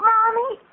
Mommy